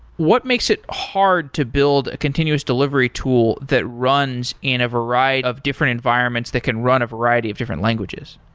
what makes it hard to build a continuous delivery tool that runs in a of different environments that can run a variety of different languages?